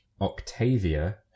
Octavia